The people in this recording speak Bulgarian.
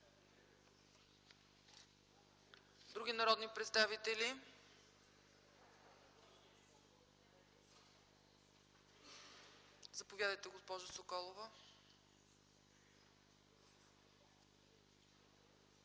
Други народни представители? Заповядайте, госпожо Соколова.